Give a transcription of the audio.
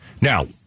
Now